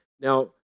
now